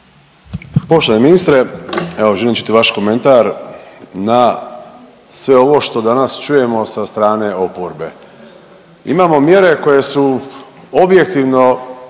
Poštovani ministre, evo želim čuti vaš komentar na sve ovo što danas čujemo sa strane oporbe. Imamo mjere koje su objektivno